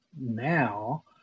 now